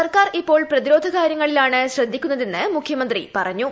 സർക്കാർ ഇപ്പോൾ പ്രതിരോധ കാര്യങ്ങളിലാണ് ശ്രദ്ധിക്കുന്നതെന്ന് മുഖ്യമന്ത്രി പറഞ്ഞു